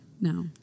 No